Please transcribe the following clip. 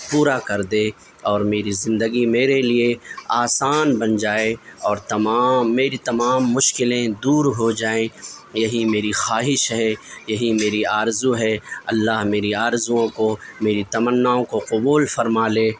پورا کر دے اور میری زندگی میرے لیے آسان بن جائے اور تمام میری تمام مشکلیں دور ہو جائیں یہی میری خواہش ہے یہی میری آرزو ہے اللہ میری آرزؤں کو میری تمناؤں کو قبول فرما لے